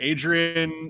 Adrian